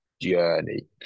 journey